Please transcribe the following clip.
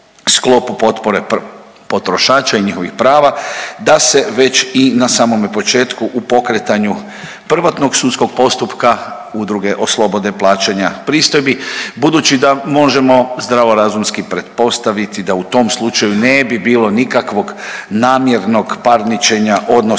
potpore potrošača i njihovih prava da se već i na samome početku u pokretanju prvotnog sudskog postupka udruge oslobode plaćanja pristojbi budući da možemo zdravorazumski pretpostaviti da u tom slučaju ne bi bilo nikakvog namjernog parničenja odnosno